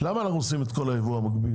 למה אנחנו עושים את כל הייבוא המקביל?